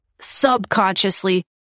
subconsciously